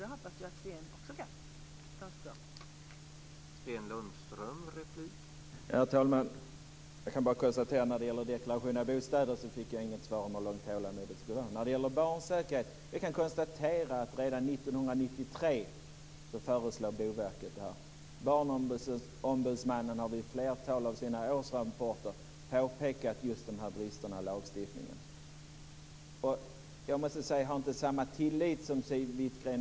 Det hoppas jag att Sten Lundström också kan.